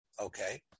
Okay